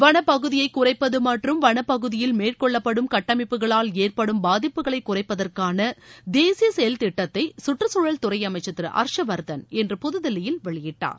வனப்பகுதியை குறைப்பது மற்றும் வனப்பகுதியில் மேற்கொள்ளப்படும் கட்டமைப்புகளால் ஏற்படும் பாதிப்புகளை குறைப்பதற்கான தேசிய செயல் திட்டத்தை கற்றுச்சூழல் துறை அமைச்சர் திரு ஹர்ஷ்வர்தன் இன்று புதுதில்லியில் வெளியிட்டார்